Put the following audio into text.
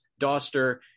Doster